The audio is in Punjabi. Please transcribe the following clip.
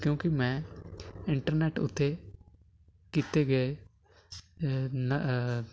ਕਿਉਂਕਿ ਮੈਂ ਇੰਟਰਨੈਟ ਉੱਤੇ ਕੀਤੇ ਗਏ ਨ